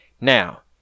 Now